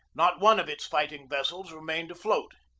not one of its fighting-vessels remained afloat.